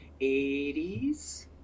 80s